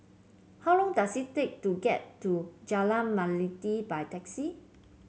how long does it take to get to Jalan Melati by taxi